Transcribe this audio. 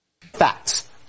Facts